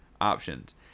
options